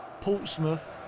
Portsmouth